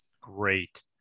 Great